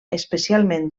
especialment